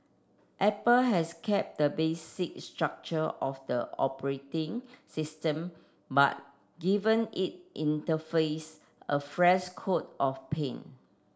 apple has kept the basic structure of the operating system but given it interface a fresh coat of paint